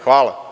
Hvala.